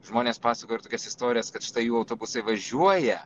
žmonės pasakojo ir tokias istorijas kad štai jų autobusai važiuoja